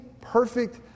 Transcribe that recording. perfect